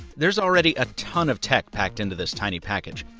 there's already a ton of tech packed into this tiny package.